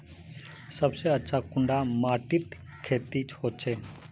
सबसे अच्छा कुंडा माटित खेती होचे?